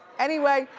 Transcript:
anyway,